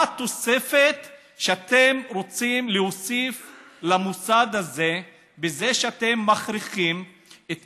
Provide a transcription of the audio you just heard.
מה התוספת שאתם רוצים להוסיף למוסד הזה בזה שאתם מכריחים את